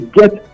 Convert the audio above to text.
get